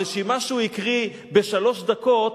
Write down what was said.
הרשימה שהוא הקריא בשלוש דקות,